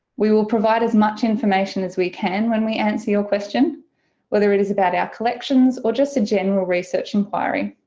we will provide as much information as we can when we answer your question question whether it is about our collections or just a general research enquiry.